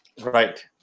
Right